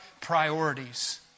priorities